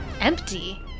Empty